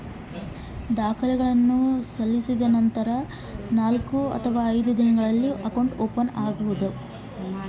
ದಾಖಲೆಗಳನ್ನು ಸಲ್ಲಿಸಿದ್ದೇನೆ ನಂತರ ಎಷ್ಟು ದಿವಸ ಬೇಕು ಅಕೌಂಟ್ ಓಪನ್ ಆಗಲಿಕ್ಕೆ?